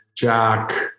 Jack